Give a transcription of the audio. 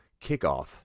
kickoff